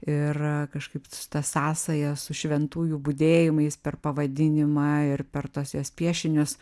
ir kažkaip s ta sąsaja su šventųjų budėjimais per pavadinimą ir per tuos jos piešinius